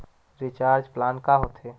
Recharge plan का होथे?